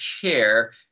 care